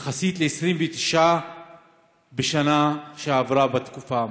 יחסית ל-29 בשנה שעברה בתקופה המקבילה.